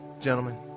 gentlemen